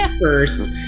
first